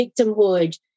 victimhood